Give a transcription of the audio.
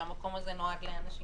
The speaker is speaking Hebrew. שהמקום הזה נועד לאנשים